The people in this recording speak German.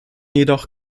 jedoch